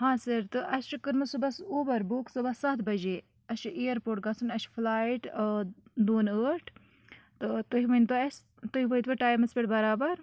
ہاں سَر تہٕ اَسہِ کٔرمٕژ صُبحس اوبَر بُک صُبحس سَتھ بَجے اَسہِ چھِ اِیَرپورٹ گژھُن اَسہِ چھِ فٕلایٹ دوٗنہٕ ٲٹھ تہٕ تُہۍ ؤنۍتو اَسہِ تُہۍ وٲتوٕ ٹایمَس پٮ۪ٹھ بَرابَر